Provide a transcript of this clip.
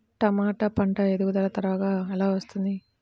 టమాట పంట ఎదుగుదల త్వరగా ఎలా వస్తుంది?